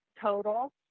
total